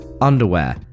underwear